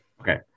Okay